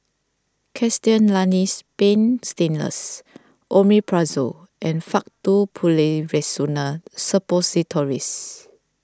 Castellani's Paint Stainless Omeprazole and Faktu Policresulen Suppositories